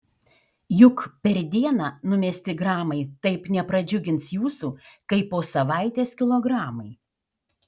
juk per dieną numesti gramai taip nepradžiugins jūsų kaip po savaitės kilogramai